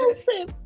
and sip,